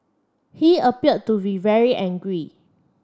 he appeared to be very angry